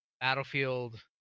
Battlefield